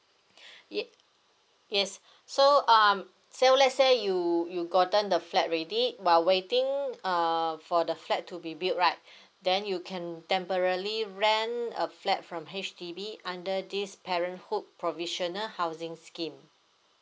yes yes so um so let's say you you gotten the flat ready while waiting uh for the flat to be built right then you can temporarily rent a flat from H_D_B under this parenthood provisional housing scheme